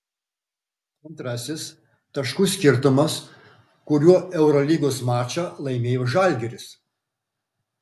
antrasis taškų skirtumas kuriuo eurolygos mačą laimėjo žalgiris